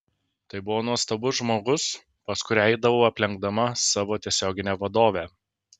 tai buvo nuostabus žmogus pas kurią eidavau aplenkdama savo tiesioginę vadovę